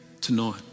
tonight